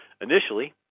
Initially